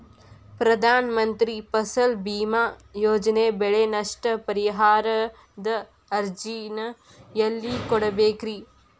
ಪ್ರಧಾನ ಮಂತ್ರಿ ಫಸಲ್ ಭೇಮಾ ಯೋಜನೆ ಬೆಳೆ ನಷ್ಟ ಪರಿಹಾರದ ಅರ್ಜಿನ ಎಲ್ಲೆ ಕೊಡ್ಬೇಕ್ರಿ?